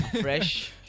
fresh